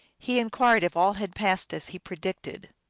he inquired if all had passed as he predicted.